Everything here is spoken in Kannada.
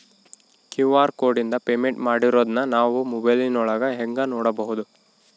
ಕ್ಯೂ.ಆರ್ ಕೋಡಿಂದ ಪೇಮೆಂಟ್ ಮಾಡಿರೋದನ್ನ ನಾವು ಮೊಬೈಲಿನೊಳಗ ಹೆಂಗ ನೋಡಬಹುದು?